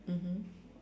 mmhmm